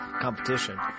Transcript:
competition